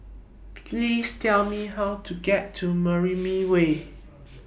Please Tell Me How to get to Mariam Way